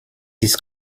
ist